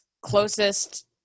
closest